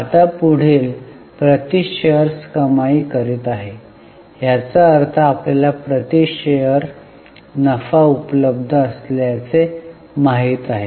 आता पुढील प्रति शेअर्स कमाई करीत आहे याचा अर्थ आपल्याला प्रति शेअर नफा उपलब्ध असल्याचे माहित आहे